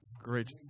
Great